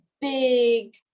big